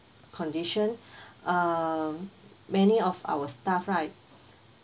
condition um many of our staff right